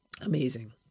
Amazing